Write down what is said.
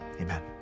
amen